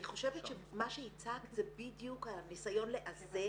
אני חושבת שמה שהצגת זה בדיוק הניסיון לאזן